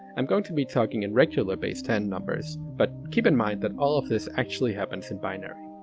i'm going to be talking in regular base ten numbers, but keep in mind that all of this actually happens in binary.